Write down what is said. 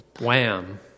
Wham